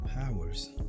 powers